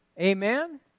Amen